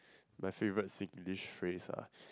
my favourite Singlish phrase ah